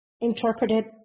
interpreted